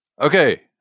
Okay